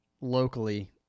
locally